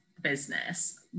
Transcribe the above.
business